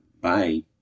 Bye